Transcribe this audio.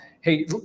hey